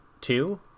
Two